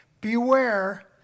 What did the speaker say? Beware